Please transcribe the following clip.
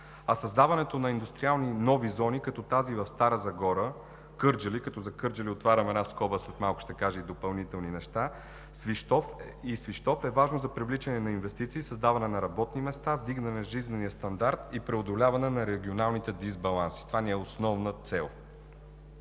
Създаването на нови индустриални зони като тези в Стара Загора, Кърджали и Свищов – като за Кърджали отварям една скоба и след малко ще кажа и допълнителни неща – е важно за привличане на инвестиции, създаване на работни места, вдигане на жизнения стандарт и преодоляване на регионалните дисбаланси. Това е основната